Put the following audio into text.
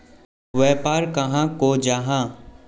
व्यापार कहाक को जाहा?